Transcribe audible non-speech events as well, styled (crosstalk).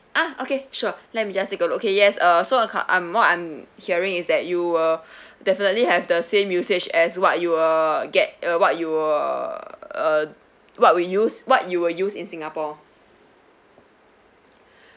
ah okay sure let me just take a look okay yes uh so I'm what I'm hearing is that you will (breath) definitely have the same usage as what you were get uh what you were uh what you use what you will use in singapore